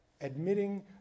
admitting